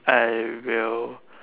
I will